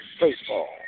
baseball